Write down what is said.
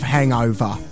Hangover